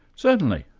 certainly.